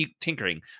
tinkering